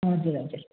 हजुर हजुर